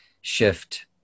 shift